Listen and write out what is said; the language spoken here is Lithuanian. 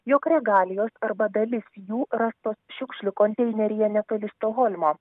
jog regalijos arba dalis jų rastos šiukšlių konteineryje netoli stokholmo